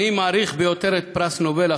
"אני מעריך ביותר את פרס נובל,